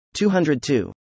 202